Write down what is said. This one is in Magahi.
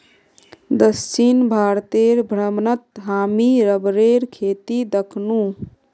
दक्षिण भारतेर भ्रमणत हामी रबरेर खेती दखनु